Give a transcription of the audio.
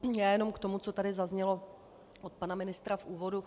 Já jenom k tomu, co tady zaznělo od pana ministra v úvodu.